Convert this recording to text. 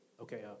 Okay